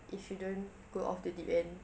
if you don't go off the deep end